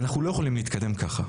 אנחנו לא יכולים להתקדם ככה.